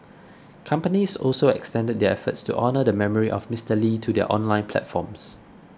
companies also extended their efforts to honour the memory of Mister Lee to their online platforms